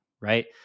right